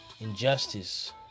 injustice